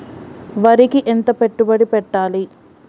వరికి ఎంత పెట్టుబడి పెట్టాలి?